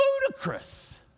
ludicrous